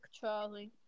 Charlie